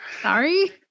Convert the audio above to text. Sorry